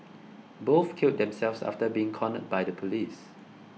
both killed themselves after being cornered by the police